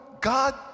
God